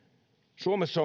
suomessa